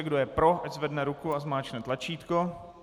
Kdo je pro, ať zvedne ruku a zmáčkne tlačítko.